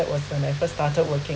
that was the my first started working